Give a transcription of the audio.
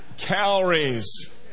calories